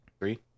Three